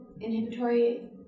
inhibitory